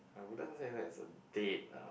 I wouldn't say that is a date ah